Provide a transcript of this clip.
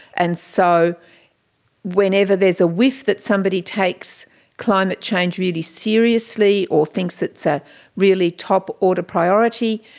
and so whenever there's a whiff that somebody takes climate change really seriously or thinks it's a really top order priority,